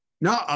No